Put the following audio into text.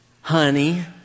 honey